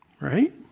Right